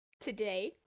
Today